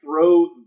throw